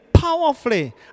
Powerfully